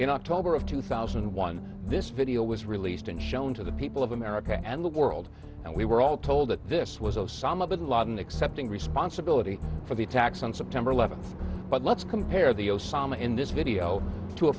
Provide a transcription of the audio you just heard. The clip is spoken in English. in october of two thousand and one this video was released and shown to the people of america and the world and we were all told that this was osama bin laden accepting responsibility for the attacks on september eleventh but let's compare the osama in this video to a